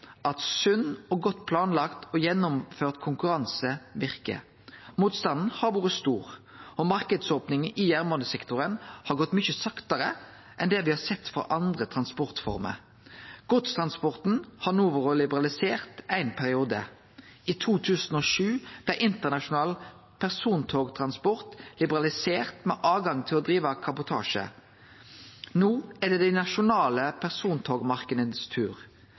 at sunn og godt planlagd og gjennomført konkurranse verkar. Motstanden har vore stor, og marknadsopninga i jernbanesektoren har gått mykje saktare enn det me har sett for andre transportformer. Godstransporten har no vore liberalisert ein periode. I 2007 blei internasjonal persontogtransport liberalisert med rett til å drive kabotasje. No er det dei nasjonale persontogmarknadene sin tur.